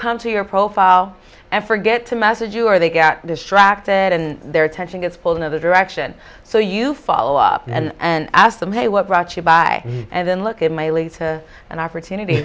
come to your profile and forget to message you are they got distracted and their attention gets pulled another direction so you follow up and ask them hey what brought you by and then look at my lead to an opportunity